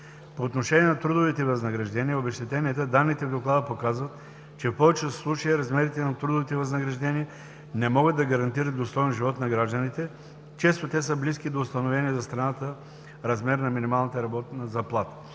По отношение на трудовите възнаграждения и обезщетенията, данните в Доклада показват, че в повечето случаи размерите на трудовите възнаграждения не могат да гарантират достоен живот на гражданите. Често те са близки до установения за страната размер на минималната заплата.